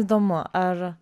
įdomu ar